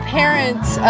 parents